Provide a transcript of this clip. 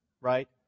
right